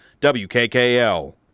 WKKL